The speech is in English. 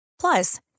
Plus